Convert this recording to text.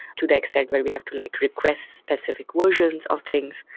to the extend where we have to like request specific versions of things.